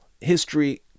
history